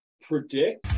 predict